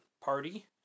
party